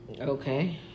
Okay